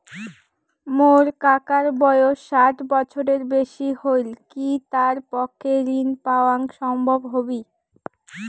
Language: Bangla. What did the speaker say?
মোর কাকার বয়স ষাট বছরের বেশি হলই কি তার পক্ষে ঋণ পাওয়াং সম্ভব হবি?